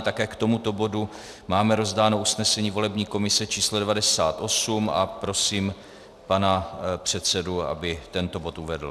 Také k tomuto bodu máme rozdáno usnesení volební komise, číslo 98, a prosím pana předsedu, aby tento bod uvedl.